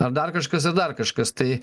ar dar kažkas dar kažkas tai